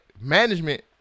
management